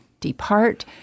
depart